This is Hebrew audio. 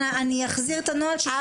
ואני הגשתי קובלנה משמעתית.